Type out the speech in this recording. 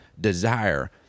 desire